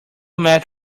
met